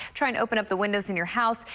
try and open up the windows in your house.